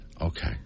Okay